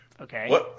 okay